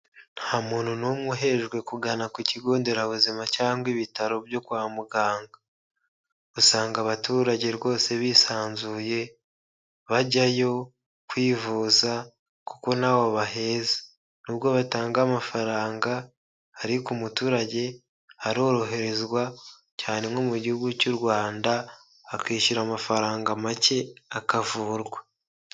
Nta muntu n'umwe uhejwe kugana ku kigo nderabuzima cyangwa ibitaro byo kwa muganga, usanga abaturage rwose bisanzuye bajyayo kwivuza kuko ntabo baheza, nubwo batanga amafaranga ariko umuturage aroroherezwa cyane nko mu gihugu cy'u Rwanda, akishyura amafaranga make akavurwa.